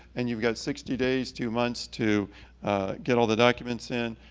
and you've got sixty days, two months, to get all the documents in.